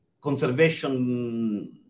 conservation